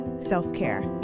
self-care